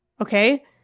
Okay